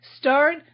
start